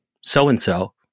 so-and-so